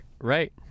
Right